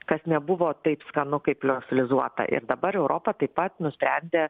kas nebuvo taip skanu kaip liofelizuota ir dabar jau europa taip pat nusprendė